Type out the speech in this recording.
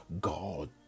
God